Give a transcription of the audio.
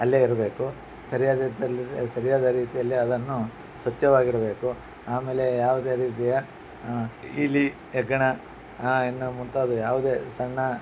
ಅಲ್ಲೇ ಇರಬೇಕು ಸರಿಯಾದ ರೀತೀಲ್ಲಿ ಸರಿಯಾದ ರೀತಿಯಲ್ಲಿ ಅದನ್ನು ಸ್ವಚ್ಛವಾಗಿಡಬೇಕು ಆಮೇಲೆ ಯಾವುದೇ ರೀತಿಯ ಇಲಿ ಹೆಗ್ಗಣ ಇನ್ನೂ ಮುಂತಾದ ಯಾವುದೇ ಸಣ್ಣ